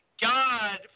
God